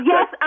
Yes